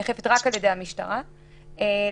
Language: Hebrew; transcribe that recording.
נאכפת רק על ידי המשטרה ולא על ידי פקחים,